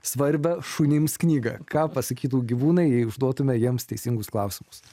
svarbią šunims knygą ką pasakytų gyvūnai jei užduotume jiems teisingus klausimus